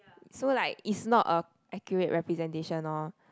so like it's not a accurate representation orh